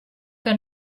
que